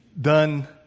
done